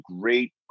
great